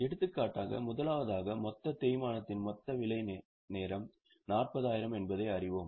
எடுத்துக்காட்டாக முதலாவதாக மொத்த தேய்மானத்தின் மொத்த வேலை நேரம் 40000 என்பதை அறிவோம்